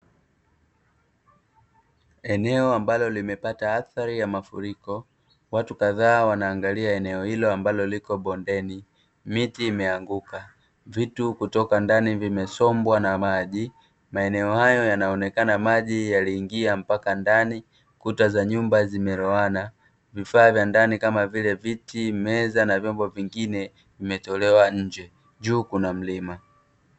Eneo ambalo limepata athari ya mafuriko watu kadhaa wanaangalia eneo hilo ambalo liko bondeni, miti imeanguka vitu kutoka ndani vimesombwa na maji. Maeneo hayo yanaonekana maji yaliingia mpaka ndani kuta za nyumba zimelowana vifaa vya ndani kama vile viti, meza na vyombo vingine vimetolewa nje juu kuna mlima.